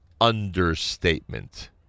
understatement